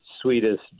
sweetest